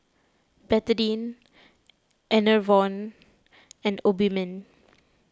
Betadine Enervon and Obimin